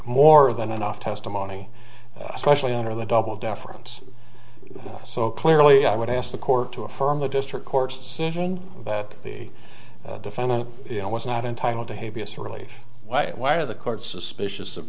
more than enough testimony especially under the double deference so clearly i would ask the court to affirm the district court's decision that the defendant was not entitled to have us relief why why are the courts suspicious of